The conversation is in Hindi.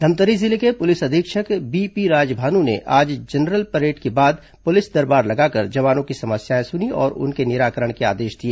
धमतरी जिले के पुलिस अधीक्षक बीपी राजभानु ने आज जनरल परेड के बाद पुलिस दरबार लगाकर जवानों की समस्याएं सुनीं और उनके निराकरण के आदेश दिए